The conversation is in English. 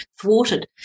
thwarted